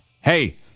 Hey